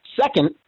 Second